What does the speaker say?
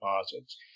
deposits